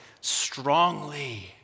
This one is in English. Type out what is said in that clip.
strongly